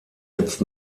jetzt